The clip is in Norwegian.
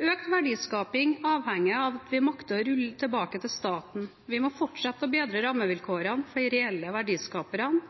Økt verdiskaping avhenger av at vi makter å rulle tilbake til staten. Vi må fortsette å bedre rammevilkårene for de reelle verdiskaperne,